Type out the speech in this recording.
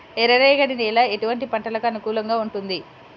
ఎర్ర రేగడి నేల ఎటువంటి పంటలకు అనుకూలంగా ఉంటుంది?